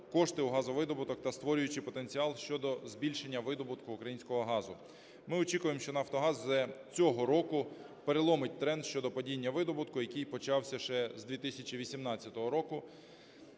кошти в газовидобуток та створюючи потенціал щодо збільшення видобутку українського газу. Ми очікуємо, що Нафтогаз з цього року переломить тренд щодо падіння видобутку, який почався ще з 2018 року.